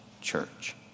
church